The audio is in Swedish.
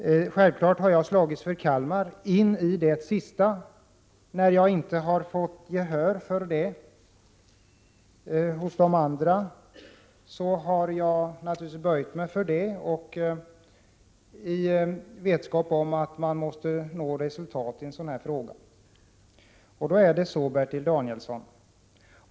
Självfallet har jag slagits för Kalmar in i det sista. När jag inte har fått gehör hos socialdemokraterna, har jag naturligtvis böjt mig i vetskap om att man 7 måste nå resultat i utlokaliseringsfrågan.